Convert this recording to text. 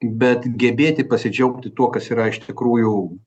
bet gebėti pasidžiaugti tuo kas yra iš tikrųjų